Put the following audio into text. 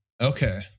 Okay